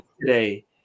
today